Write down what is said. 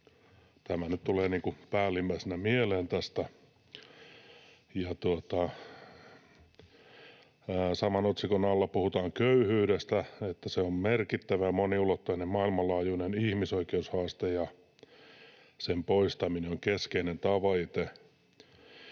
Tämä nyt tulee niin kuin päällimmäisenä mieleen tästä. Saman otsikon alla puhutaan köyhyydestä, että se on ”merkittävä, moniulotteinen, maailmanlaajuinen ihmisoikeushaaste ja sen poistaminen on keskeinen tavoite”.